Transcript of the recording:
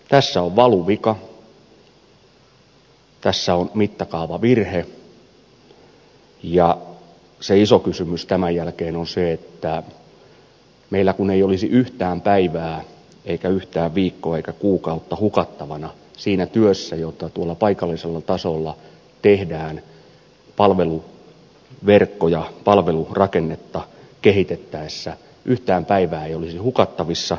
tässä on valuvika tässä on mittakaavavirhe ja se iso kysymys tämän jälkeen on se että meillä ei olisi yhtään päivää eikä yhtään viikkoa eikä kuukautta hukattavana siinä työssä jota tuolla paikallisella tasolla tehdään palveluverkkoja palvelurakennetta kehitettäessä yhtään päivää ei olisi hukattavissa